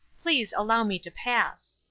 please allow me to pass.